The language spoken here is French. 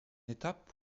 étape